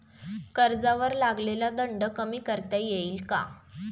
कर्जावर लागलेला दंड कमी करता येईल का?